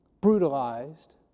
brutalized